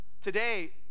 Today